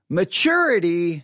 maturity